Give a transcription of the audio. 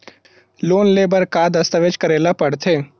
Loan ले बर का का दस्तावेज करेला पड़थे?